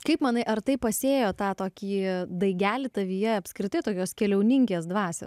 kaip manai ar tai pasėjo tą tokį daigelį tavyje apskritai tokios keliauninkės dvasią